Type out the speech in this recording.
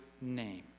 name